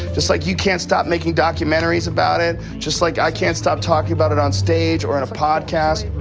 just like you can't stop making documentaries about it, just like i can't stop talking about it on stage or and podcast.